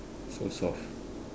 so soft